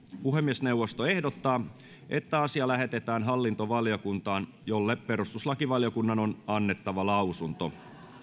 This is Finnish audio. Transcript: puhemiesneuvosto ehdottaa että asia lähetetään hallintovaliokuntaan jolle perustuslakivaliokunnan on annettava lausunto